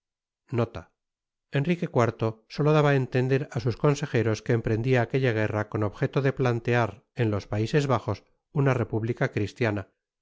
trataria enrique iv soto daba á entender á sus consejeros que emprendia aquetta guerra con objeto de ptantear en tos paises bajos una repúbtica cristiana